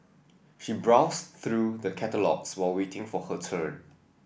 she browsed through the catalogues while waiting for her turn